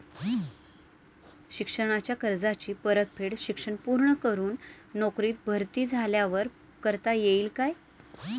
शिक्षणाच्या कर्जाची परतफेड शिक्षण पूर्ण करून नोकरीत भरती झाल्यावर करता येईल काय?